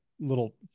little